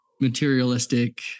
materialistic